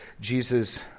Jesus